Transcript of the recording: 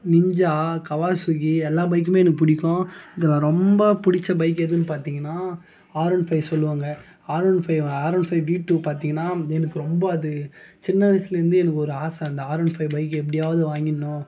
ninja Kawasaki எல்லா பைக்குமே எனக்கு பிடிக்கும் இதில் ரொம்ப பிடிச்ச பைக்கு எதுன்னு பார்த்திங்கனா ஆர் ஒன் ஃபைவ் சொல்வங்க R one five R one five V two பாத்திங்கனா எனக்கு ரொம்ப அது சின்ன வயசுலேருந்தே ஒரு ஆசை அந்த ஆர் ஒன் ஃபைவ் பைக் எப்படியாவது வாங்கிடணும்